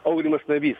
aurimas navys